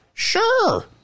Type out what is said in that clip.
Sure